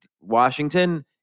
Washington